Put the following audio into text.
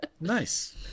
Nice